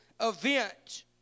Event